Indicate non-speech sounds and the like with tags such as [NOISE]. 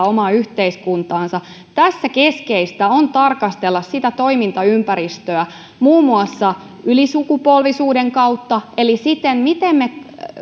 [UNINTELLIGIBLE] omaa yhteiskuntaansa tässä keskeistä on tarkastella sitä toimintaympäristöä muun muassa ylisukupolvisuuden kautta eli siten miten me